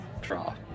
draw